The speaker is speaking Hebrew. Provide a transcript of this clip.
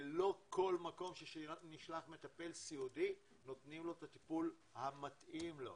לא כל מקום שנשלח מטפל סיעודי נותנים לו את הטיפול המתאים לו.